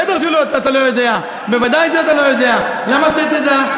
בטח שאתה לא יודע, ודאי שאתה לא יודע, למה שתדע?